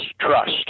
trust